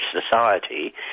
society